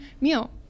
meal